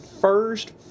first